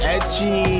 Edgy